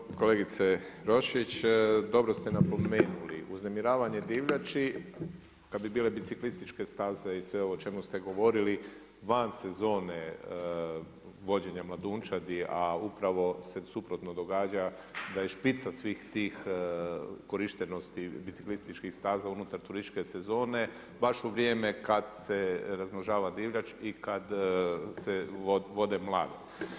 Uvažena kolegica Roščić, dobro ste napomenuli, uzrujavanje divljači, kad bi bile biciklističke staze i sve ovo o čemu ste govorili, van sezone vođenje mladunčadi, a upravo se suprotno događa, da je špica svih tih korištenosti biciklističkih staza unutar turističke sezone, baš u vrijeme kad se razmnožava divljač i kad se vode mladi.